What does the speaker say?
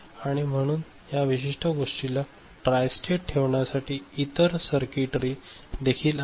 आणि म्हणूनच या विशिष्ट गोष्टीला ट्रायस्टेट ठेवण्यासाठी इतर सर्किटरी देखील आहेत